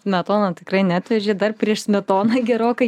smetona tikrai neatvežė dar prieš smetoną gerokai